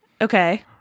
Okay